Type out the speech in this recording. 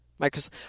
Microsoft